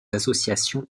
associations